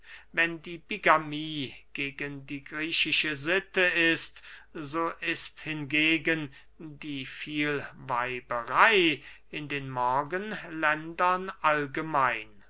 wenn die bigamie gegen die griechische sitte ist so ist hingegen die vielweiberey in den morgenländern allgemein